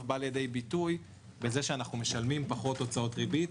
בא לידי ביטוי בזה שאנחנו משלמים פחות הוצאות ריבית.